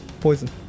poison